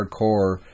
hardcore